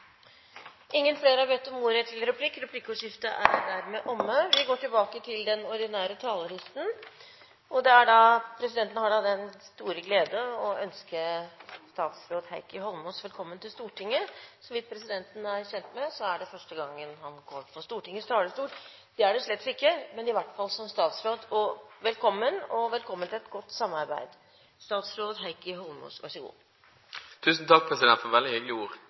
Replikkordskiftet er omme. Presidenten har den store glede å ønske statsråd Heikki Holmås velkommen til Stortinget. Så vidt presidenten er kjent med, er det første gangen han går på Stortingets talerstol – det er det slett ikke, men i hvert fall som statsråd! Velkommen, og velkommen til et godt samarbeid. Tusen takk for veldig hyggelige ord. Jeg har i hvert fall tenkt å følge opp det samarbeidet på en god måte, og jeg vil innlede med å si tusen takk til saksordføreren for